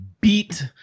beat